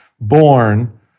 born